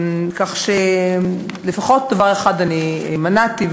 כך שלפחות דבר אחד אני מנעתי,